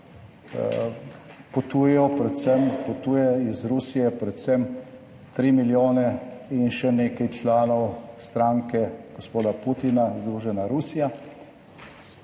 potujejo, predvsem potuje iz Rusije predvsem 3 milijone in še nekaj članov stranke gospoda Putina Združena Rusija,